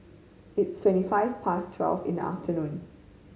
its twenty five past twelve in the afternoon